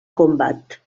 combat